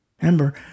remember